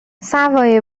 سوای